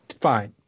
fine